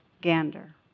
Gander